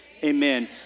Amen